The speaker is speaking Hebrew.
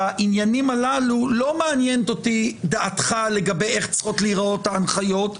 בעניינים הללו לא מעניינת אותי דעתך לגבי איך צריכות להיראות ההנחיות,